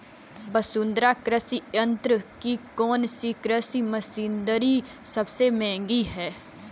वसुंधरा कृषि यंत्र की कौनसी कृषि मशीनरी सबसे महंगी है?